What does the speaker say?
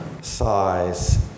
size